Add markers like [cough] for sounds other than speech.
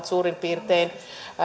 [unintelligible] suurin piirtein romahtanut